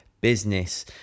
business